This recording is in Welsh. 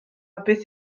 beth